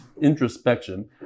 introspection